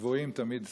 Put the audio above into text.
הגבוהים תמיד סובלים.